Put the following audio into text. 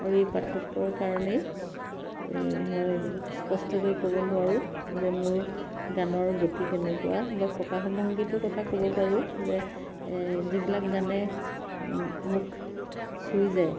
আৰু এই পাৰ্থক্যৰ কাৰণেই মই স্পষ্টকৈ ক'ব নোৱাৰোঁ যে মোৰ গানৰ গতি কেনেকুৱা বা প্ৰকাশভংগীটোৰ কথা ক'ব পাৰোঁ যে যিবিলাক গানে মোক চুই যায়